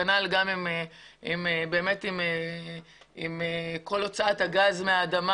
כנ"ל גם לגבי כל הוצאת הגז מהאדמה.